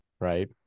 right